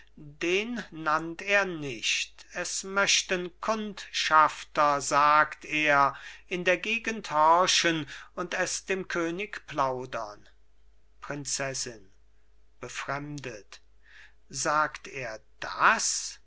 den nannt er nicht es möchten kundschafter sagt er in der gegend horchen und es dem könig plaudern prinzessin befremdet sagt er das